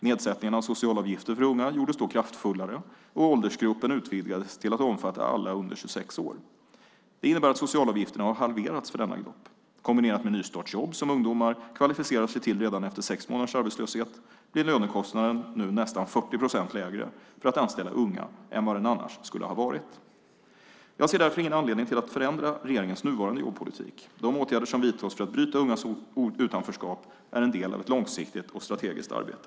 Nedsättningen av socialavgifter för unga gjordes då kraftfullare och åldersgruppen utvidgades till att omfatta alla under 26 år. Det innebär att socialavgifterna har halverats för denna grupp. Kombinerat med nystartsjobb, som ungdomar kvalificerar sig till redan efter sex månaders arbetslöshet, blir lönekostnaden nu nästan 40 procent lägre för att anställa unga än vad den annars skulle ha varit. Jag ser därför ingen anledning till att förändra regeringens nuvarande jobbpolitik. De åtgärder som vidtas för att bryta ungas utanförskap är en del av ett långsiktigt och strategiskt arbete.